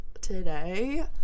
Today